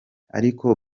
ariko